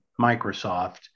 Microsoft